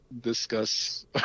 discuss